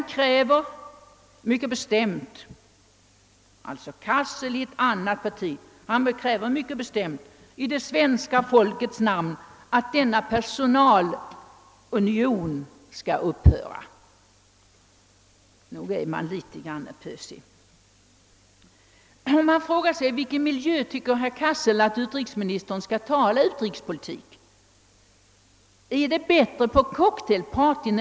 Herr Cassel — som tillhör ett annat parti — kräver mycket bestämt i det svenska folkets namn att denna personalunion ordförandeskap i Arbetarekommunen och excellens för utrikesärenden skall upphöra. Nog är man litet grand pösig! I vilken miljö tycker herr Cassel att utrikesministern skall tala utrikespolitik? Är det bättre på cocktailparties?